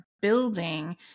building